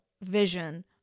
vision